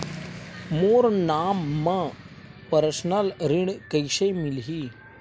मोर नाम म परसनल ऋण कइसे मिलही?